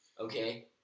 Okay